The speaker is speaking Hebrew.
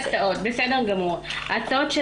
בסדר גמור, יש לי הצעות.